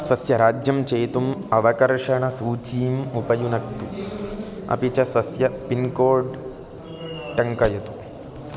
स्वस्य राज्यं चेतुम् अवकर्षणसूचीम् उपयुनक्तु अपि च स्वस्य पिन्कोड् टङ्कयतु